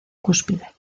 cúspide